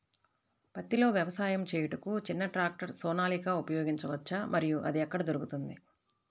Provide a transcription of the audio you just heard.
పత్తిలో వ్యవసాయము చేయుటకు చిన్న ట్రాక్టర్ సోనాలిక ఉపయోగించవచ్చా మరియు అది ఎక్కడ దొరుకుతుంది?